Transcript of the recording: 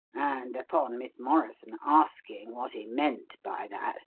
and upon miss morrison asking what he meant by that,